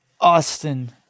Austin